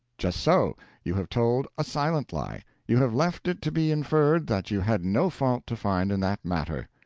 just so you have told a silent lie you have left it to be inferred that you had no fault to find in that matter.